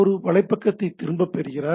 ஒரு வலைப்பக்கத்தை திரும்பப் பெறுகிறார்